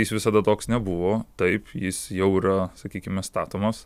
jis visada toks nebuvo taip jis jau yra sakykime statomas